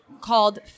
called